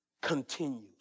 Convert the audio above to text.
continues